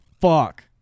fuck